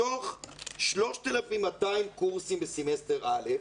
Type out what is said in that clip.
מתוך 3,200 קורסים בסמסטר א',